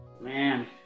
Man